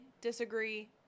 disagree